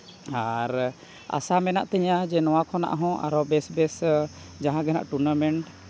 ᱟᱨ ᱟᱥᱟ ᱢᱮᱱᱟᱜ ᱛᱤᱧᱟᱹ ᱡᱮ ᱱᱚᱣᱟ ᱠᱷᱚᱱᱟᱜ ᱦᱚᱸ ᱟᱨᱦᱚᱸ ᱵᱮᱥ ᱵᱮᱥ ᱡᱟᱦᱟᱸᱜᱮ ᱦᱟᱸᱜ ᱴᱩᱨᱱᱟᱢᱮᱱᱴ